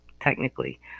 technically